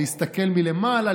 להסתכל מלמעלה,